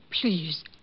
Please